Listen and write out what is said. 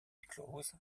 close